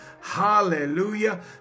hallelujah